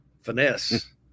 finesse